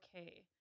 okay